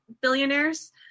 billionaires